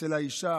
אצל האישה